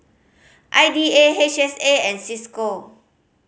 I D A H S A and Cisco